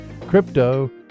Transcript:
Crypto